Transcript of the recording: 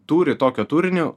turi tokio turinio